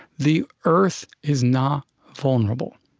the earth is not vulnerable.